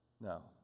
No